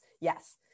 Yes